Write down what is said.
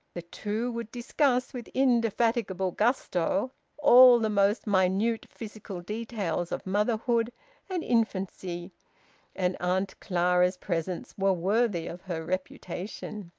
the two would discuss with indefatigable gusto all the most minute physical details of motherhood and infancy and auntie clara's presents were worthy of her reputation.